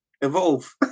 evolve